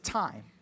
time